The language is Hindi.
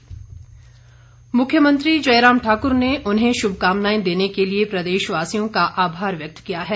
मुख्यमंत्री मुख्यमंत्री जयराम ठाकुर ने उन्हें शुभकामनाएं देने के लिए प्रदेशवासियों का आभार व्यक्त किया है